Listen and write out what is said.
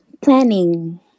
planning